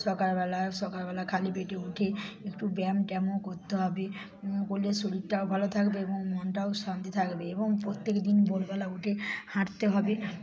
সকালবেলা সকালবেলা খালি পেটে উঠে একটু ব্যায়াম ট্যায়ামও করতে হবে করলে শরীরটাও ভালো থাকবে এবং মনটাও শান্তি থাকবে এবং প্রত্যেকদিন ভোরবেলা উঠে হাঁটতে হবে